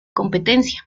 competencia